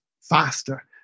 faster